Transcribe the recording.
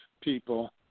people